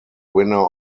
winner